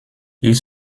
ils